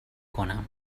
کنم